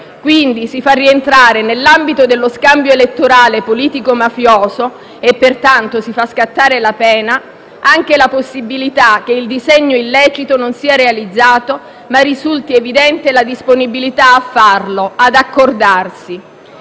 Quindi si fa rientrare nell'ambito dello scambio elettorale politico-mafioso (e pertanto si fa scattare la pena) anche la possibilità che il disegno illecito non sia realizzato, ma risulti evidente la disponibilità a farlo e ad accordarsi.